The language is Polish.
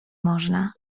można